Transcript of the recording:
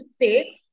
say